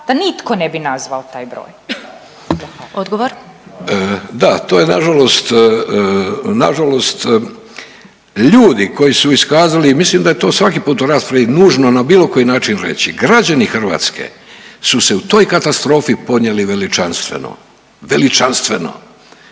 Davorko (Socijaldemokrati)** Da to je nažalost, nažalost ljudi koji su iskazali, i mislim da je to svaki put u raspravi nužno na bilo koji način reći, građani Hrvatske su se u toj katastrofi ponijeli veličanstveno, veličanstveno.